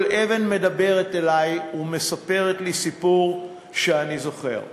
כל אבן מדברת אלי ומספרת לי סיפור שאני זוכר.